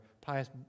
pious